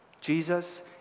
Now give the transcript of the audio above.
Jesus